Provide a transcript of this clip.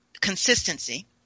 consistency